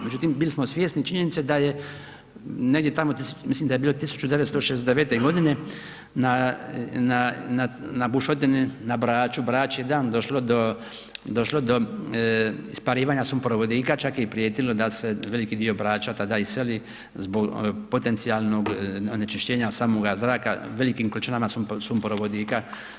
Međutim, bili smo svjesni činjenice da je negdje mislim da je bilo 1969. godine na bušotini na Braču … došlo do isparavanja sumporovodika, čak je i prijetilo da se veliki dio Brača tada iseli zbog potencijalnog onečišćenja samoga zraka velikim količinama sumporovodika.